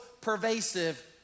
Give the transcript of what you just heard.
pervasive